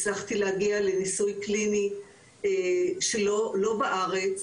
הצלחתי להגיע לניסוי קליני שלא בארץ